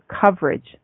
coverage